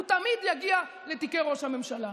הוא תמיד יגיע לתיקי ראש הממשלה.